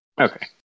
Okay